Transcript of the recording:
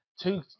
two